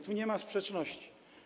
Tu nie ma sprzeczności.